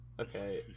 Okay